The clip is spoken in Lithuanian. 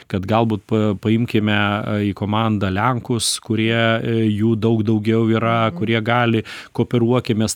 kad galbūt paimkime į komandą lenkus kurie jų daug daugiau yra kurie gali kooperuokimės